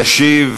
ישיב